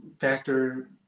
factor